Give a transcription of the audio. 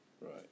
Right